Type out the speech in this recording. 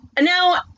Now